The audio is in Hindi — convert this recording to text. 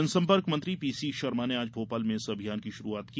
जनसम्पर्क मंत्री पीसीशर्मा ने आज भोपाल में इस अभियान की शुरूआत की